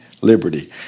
liberty